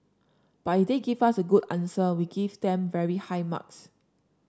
but if they give us a good answer we give them very high marks